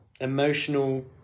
emotional